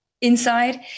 inside